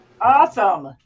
Awesome